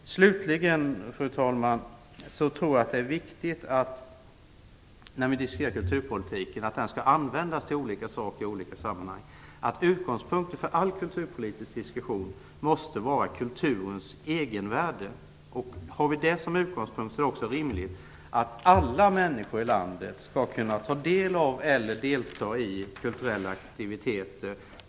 Slutligen är det viktigt hålla i minnet när vi diskuterar kulturpolitiken att utgångspunkten för all kulturpolitisk diskussion måste vara kulturens egenvärde. Har vi det som utgångspunkt är det också rimligt att alla människor i landet kan ta del av eller delta i kulturella aktiviteter.